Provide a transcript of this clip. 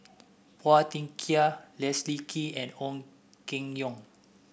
Phua Thin Kiay Leslie Kee and Ong Keng Yong